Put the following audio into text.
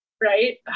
Right